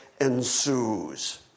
ensues